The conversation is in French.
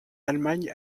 allemagne